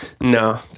No